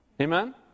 Amen